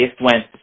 went